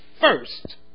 first